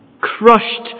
Crushed